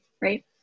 right